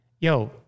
yo